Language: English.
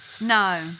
no